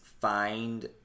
find